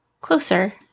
closer